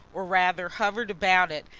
or rather hovered about it,